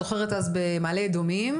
את זוכרת אז במעלה אדומים?